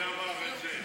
מי אמר את זה?